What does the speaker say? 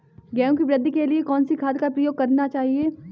गेहूँ की वृद्धि के लिए कौनसी खाद प्रयोग करनी चाहिए?